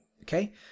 Okay